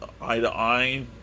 eye-to-eye